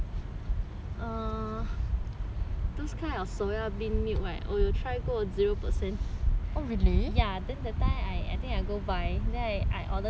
those kind of soya bean milk right 我有 try 过 zero percent ya that time I think I go buy then I I order zero percent then !whoa!